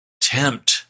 tempt